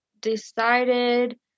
decided